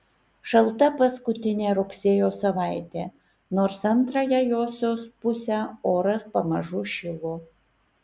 šalta paskutinė rugsėjo savaitė nors antrąją josios pusę oras pamažu šilo